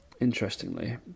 Interestingly